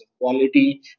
quality